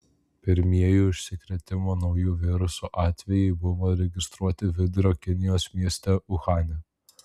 pirmieji užsikrėtimo nauju virusu atvejai buvo registruoti vidurio kinijos mieste uhane